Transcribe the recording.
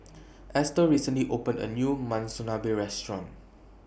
Estelle recently opened A New Monsunabe Restaurant